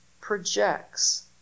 projects